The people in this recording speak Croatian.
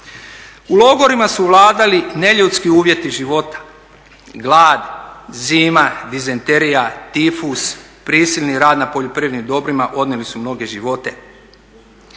U logorima su vladali neljudski uvjeti života, glad, zima, dizenterija, tifus, prisilni rad na poljoprivrednim dobrima odnijeli su mnoge živote.